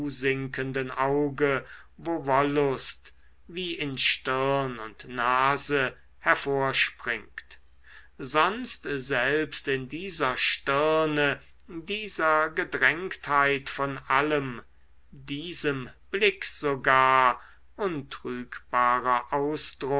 zusinkenden auge wo wollust wie in stirn und nase hervorspringt sonst selbst in dieser stirne dieser gedrängtheit von allem diesem blick sogar untrügbarer